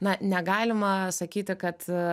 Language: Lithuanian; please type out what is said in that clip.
na negalima sakyti kad